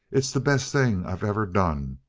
it's the best thing i've ever done.